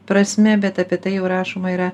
prasme bet apie tai jau rašoma yra